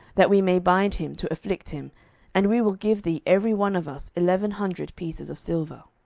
that we may bind him to afflict him and we will give thee every one of us eleven hundred pieces of silver.